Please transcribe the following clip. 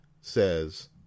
says